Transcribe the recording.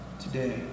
today